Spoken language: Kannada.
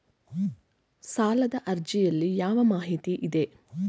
ಸಾಲದ ಅರ್ಜಿಯಲ್ಲಿ ಯಾವ ಮಾಹಿತಿ ಇದೆ?